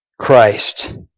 Christ